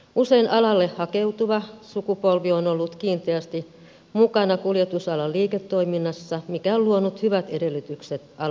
usein alalle hakeutuva sukupolvi on ollut kiinteästi mukana kuljetusalan liiketoiminnassa mikä on luonut hyvät edellytykset alalla toimimiseen